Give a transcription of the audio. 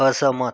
असहमत